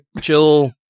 chill